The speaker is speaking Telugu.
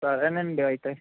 సరేనండి అయితే